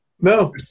no